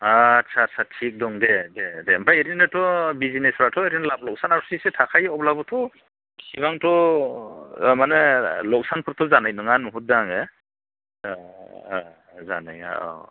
आच्चा चा चा थिग दं दे दे दे ओमफ्राय ओरैनोथ' बिज्सनेसआवथ' ओरैनो लाब लखसना एसे थाखायो अब्लाबोथ' एसेबांथ' माने लखसानफोरथ' जानाय नङा नुहरदों आङो जानाया औ